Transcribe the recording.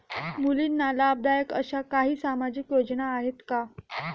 मुलींना लाभदायक अशा काही सामाजिक योजना आहेत का?